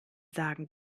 sagen